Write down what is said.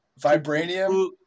Vibranium